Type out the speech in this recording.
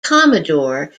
commodore